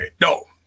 No